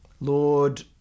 Lord